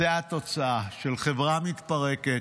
זה התוצאה של חברה מתפרקת,